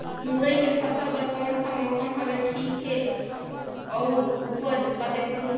मुरई के फसल बर कोन सा मौसम हवे ठीक हे अउर ऊपज कतेक होही?